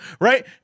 right